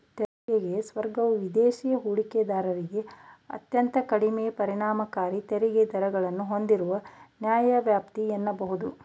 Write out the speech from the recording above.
ತೆರಿಗೆ ಸ್ವರ್ಗವು ವಿದೇಶಿ ಹೂಡಿಕೆದಾರರಿಗೆ ಅತ್ಯಂತ ಕಡಿಮೆ ಪರಿಣಾಮಕಾರಿ ತೆರಿಗೆ ದರಗಳನ್ನ ಹೂಂದಿರುವ ನ್ಯಾಯವ್ಯಾಪ್ತಿ ಎನ್ನಬಹುದು